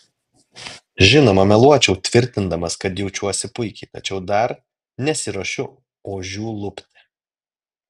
žinoma meluočiau tvirtindamas kad jaučiuosi puikiai tačiau dar nesiruošiu ožių lupti